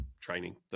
training